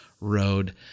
road